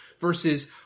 versus